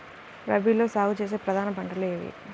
రబీలో సాగు చేసే ప్రధాన పంటలు ఏమిటి?